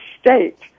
state